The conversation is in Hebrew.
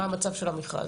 מה המצב של המכרז,